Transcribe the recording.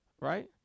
right